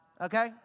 okay